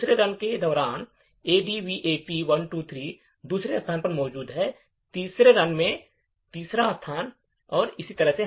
दूसरे रन के दौरान ADVAP123 दूसरे स्थान पर मौजूद है और तीसरे रन में तीसरा स्थान और इसी तरह